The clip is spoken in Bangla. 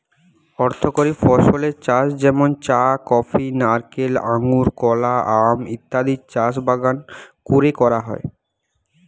অর্থকরী ফসলের চাষ যেমন চা, কফি, নারকেল, আঙুর, কলা, আম ইত্যাদির চাষ বাগান কোরে করা হয়